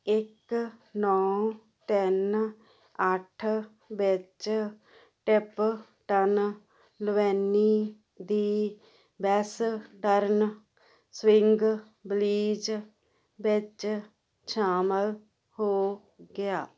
ਇੱਕ ਨੌਂ ਤਿੰਨ ਅੱਠ ਵਿੱਚ ਟਿਪਟਨ ਲੂਵੇਨੀ ਦੀ ਵੈਸਟਰਨ ਸਵਿੰਗਬਿਲੀਜ਼ ਵਿੱਚ ਸ਼ਾਮਲ ਹੋ ਗਿਆ